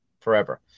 forever